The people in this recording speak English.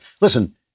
listen